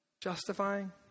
Justifying